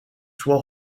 soit